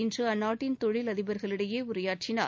இன்று அந்நாட்டின் தொழில் அதிபர்களிடையே உரையாற்றினார்